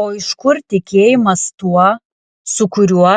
o iš kur tikėjimas tuo su kuriuo